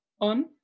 on